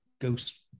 ghost